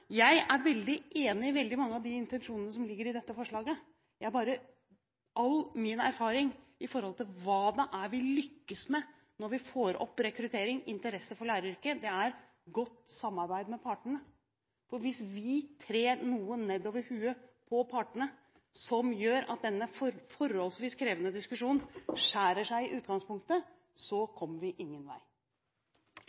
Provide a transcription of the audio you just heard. Jeg er veldig enig i veldig mange av intensjonene som ligger i dette forslaget. Men all min erfaring når det gjelder hva det er vi lykkes med når vi får opp rekruttering og interesse for læreryrket, er at godt samarbeid med partene er avgjørende. Hvis vi trer noe nedover hodet på partene som gjør at denne forholdsvis krevende diskusjonen skjærer seg i utgangspunktet,